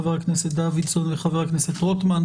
חבר הכנסת דוידסון וחבר הכנסת רוטמן.